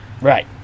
right